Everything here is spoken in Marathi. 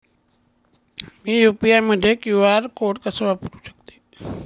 मी यू.पी.आय मध्ये क्यू.आर कोड कसा वापरु शकते?